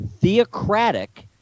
theocratic